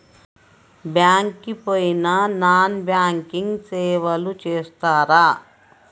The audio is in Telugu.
బ్యాంక్ కి పోయిన నాన్ బ్యాంకింగ్ సేవలు చేస్తరా?